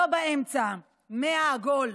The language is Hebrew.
לא באמצע, 100 עגול.